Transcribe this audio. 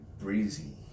Breezy